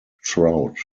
trout